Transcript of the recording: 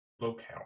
locale